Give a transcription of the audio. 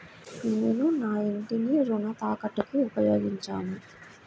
నేను నా ఇంటిని రుణ తాకట్టుకి ఉపయోగించాను